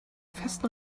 festen